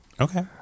Okay